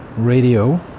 radio